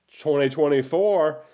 2024